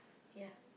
ya